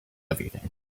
everything